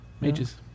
Mages